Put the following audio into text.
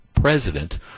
president